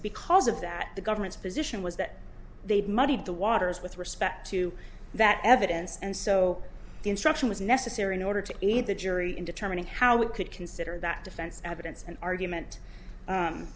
because of that the government's position was that they've muddied the waters with respect to that evidence and so the instruction was necessary in order to aid the jury in determining how it could consider that defense evidence and argument